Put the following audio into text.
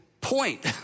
point